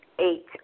Eight